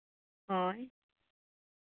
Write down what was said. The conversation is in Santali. ᱦᱳᱭ